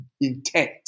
intent